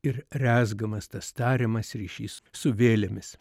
ir rezgamas tas tariamas ryšys su vėlėmis